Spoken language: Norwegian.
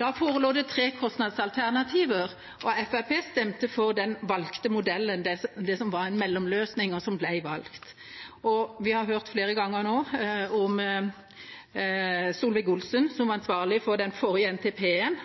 Da forelå det tre kostnadsalternativer, og Fremskrittspartiet stemte for den valgte modellen, det som var en mellomløsning, og som ble valgt. Vi har hørt flere ganger nå at Solvik-Olsen var ansvarlig for den forrige NTP-en,